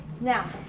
Now